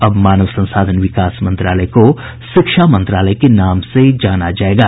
अब मानव संसाधन विकास मंत्रालय को शिक्षा मंत्रालय के नाम से जाना जायेगा